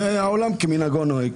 ועולם כמנהגו נוהג.